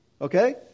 Okay